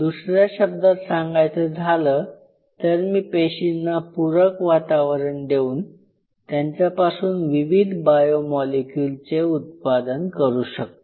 दुसऱ्या शब्दात सांगायचं झालं तर मी पेशींना पूरक वातावरण देऊन त्यांच्यापासून विविध बायो मॉलिक्यूल चे उत्पादन करू शकतो